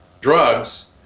drugs